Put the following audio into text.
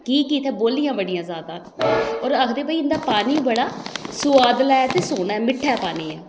कि केह् इत्थै बौल्लियां बड़ियां जैदा न होर आखदे भाई इं'दा पानी बड़ा सोआदला ते सोह्ना मिट्ठा ऐ पानी